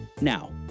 Now